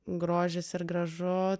grožis ir gražu